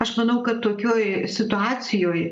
aš manau kad tokioj situacijoj